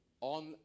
On